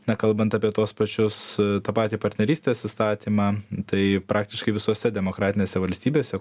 na kalbant apie tuos pačius tą patį partnerystės įstatymą tai praktiškai visose demokratinėse valstybėse